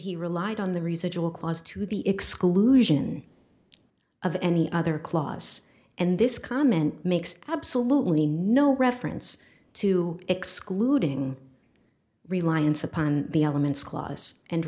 he relied on the research will close to the exclusion of any other clause and this comment makes absolutely no reference to excluding reliance upon the elements clause and